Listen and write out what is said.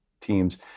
teams